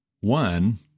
one